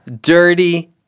dirty